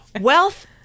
wealth